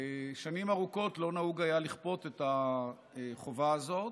שנים ארוכות לא נהוג היה לכפות את החובה הזאת,